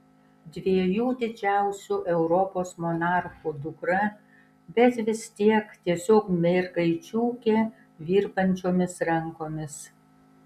dviejų didžiausių europos monarchų dukra bet vis tiek tiesiog mergaičiukė virpančiomis rankomis